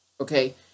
Okay